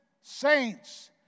saints